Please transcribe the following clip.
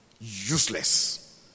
useless